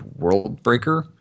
Worldbreaker